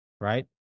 right